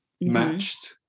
matched